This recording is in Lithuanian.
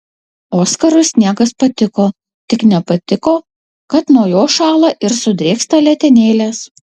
oskarui sniegas patiko tik nepatiko kad nuo jo šąla ir sudrėksta letenėlės